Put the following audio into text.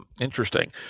Interesting